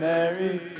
Mary